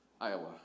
Iowa